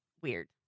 weird